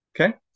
Okay